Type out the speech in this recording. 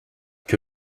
que